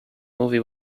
movie